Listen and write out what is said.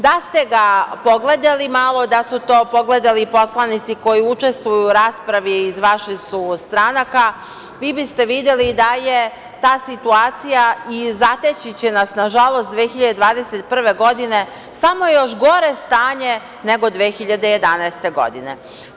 Da ste ga pogledali malo, da su to pogledali poslanici koji učestvuju u raspravi, iz vaših su stranaka, vi biste videli da je ta situacija, i zateći će nas nažalost 2021. godina, samo još gore stanje nego 2011. godine.